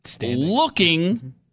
looking